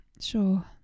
Sure